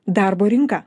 darbo rinka